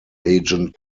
agent